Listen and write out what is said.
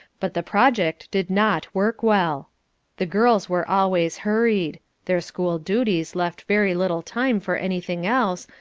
but the project did not work well the girls were always hurried their school duties left very little time for anything else,